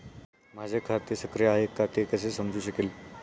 माझे खाते सक्रिय आहे का ते कसे समजू शकेल?